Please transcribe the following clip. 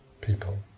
people